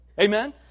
Amen